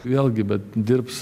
vėlgi bet dirbs